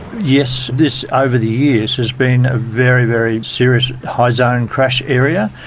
yes, this, over the years, has been a very, very serious high zone crash area,